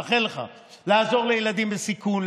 אני מאחל לך לעזור לילדים בסיכון,